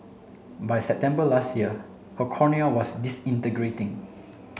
by September last year her cornea was disintegrating